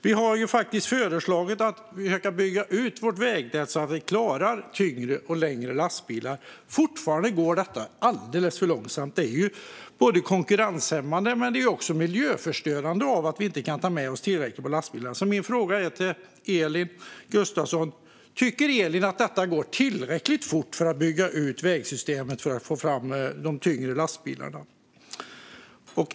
Vi har ju faktiskt föreslagit att vi skulle bygga ut vårt vägnät så att vi klarar tyngre och längre lastbilar. Fortfarande går det alldeles för långsamt. Det är både konkurrenshämmande och miljöförstörande att man inte kan lasta tillräckligt mycket på lastbilarna. Min fråga till Elin Gustafsson är därför: Tycker Elin att det går tillräckligt fort med utbyggnaden av vägsystemet för att få fram tyngre lastbilar?